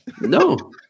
No